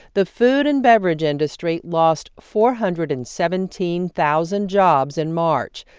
the food and beverage industry lost four hundred and seventeen thousand jobs in march,